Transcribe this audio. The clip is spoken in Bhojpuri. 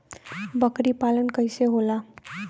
बकरी पालन कैसे होला?